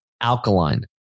alkaline